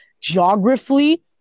Geographically